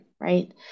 right